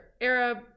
Arab